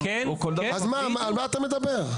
אז על מה אתה מדבר?